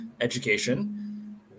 education